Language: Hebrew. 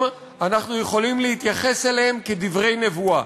אנחנו יכולים להתייחס אליהם כאל דברי נבואה,